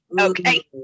okay